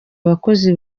abakozi